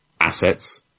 assets